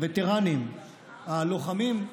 הווטרנים הלוחמים,